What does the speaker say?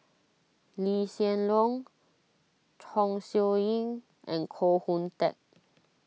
Lee Hsien Loong Chong Siew Ying and Koh Hoon Teck